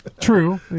True